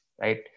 right